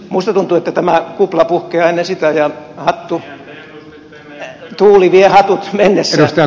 minusta tuntuu että tämä kupla puhkeaa ennen sitä ja tuuli vie hatut mennessään